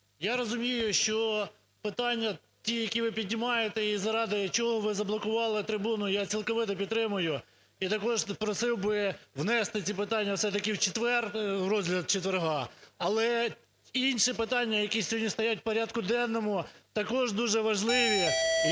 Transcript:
я розумію, що питання, ті, які ви піднімаєте, і заради чого ви заблокували трибуну, я цілковито підтримаю. І також просив би внести ці питання все-таки в четвер, розгляд четверга, але інші питання, які сьогодні стоять в порядку денному також дуже важливі.